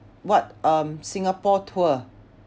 what um Singapore tour